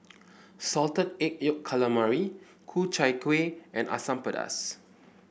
Salted Egg Yolk Calamari Ku Chai Kueh and Asam Pedas